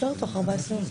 בתוך 14 יום.